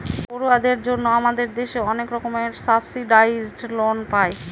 পড়ুয়াদের জন্য আমাদের দেশে অনেক রকমের সাবসিডাইসড লোন পায়